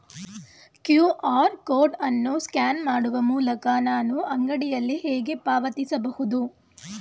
QR code ಅನ್ನು scan ಮಾಡುವ ಮೂಲಕ ನಾನು ಅಂಗಡಿಯಲ್ಲಿ ಹೇಗೆ ಪಾವತಿಸಬಹುದು?